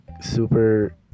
super